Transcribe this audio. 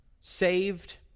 saved